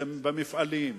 במפעלים,